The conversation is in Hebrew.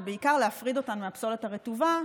ובעיקר להפריד אותן מהפסולת הרטובה,